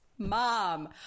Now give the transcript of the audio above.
mom